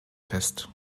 fest